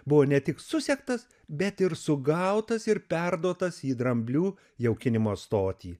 buvo ne tik susektas bet ir sugautas ir perduotas į dramblių jaukinimo stotį